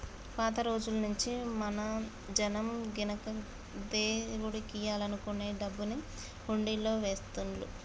పాత రోజుల్నుంచీ మన జనం గినక దేవుడికియ్యాలనుకునే డబ్బుని హుండీలల్లో వేస్తుళ్ళు